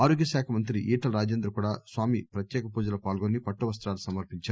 ఆరోగ్యమంత్రి ఈటల రాజేందర్ కూడా స్వామి ప్రత్యేక పూజలో పాల్గొని పట్టువస్తాలు సమర్పించారు